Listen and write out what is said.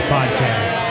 Podcast